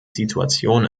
situation